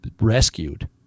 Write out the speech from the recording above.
rescued